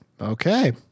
Okay